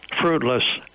fruitless